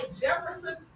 Jefferson